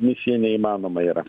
misija neįmanoma yra